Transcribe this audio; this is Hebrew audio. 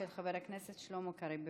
של חבר הכנסת שלמה קרעי.